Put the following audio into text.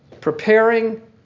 preparing